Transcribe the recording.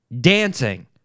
dancing